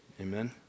Amen